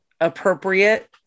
appropriate